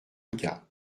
cas